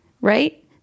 right